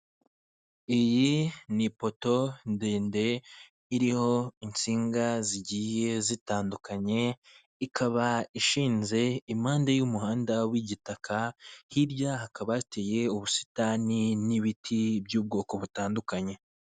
Iyi ni ipoto ndende iriho insinga zigiye zitandukanye, ikaba ishinze impande y'umuhanda w'igitaka, hirya hakaba hateye ubusitani n'ibiti by'ubwoko butandukanye.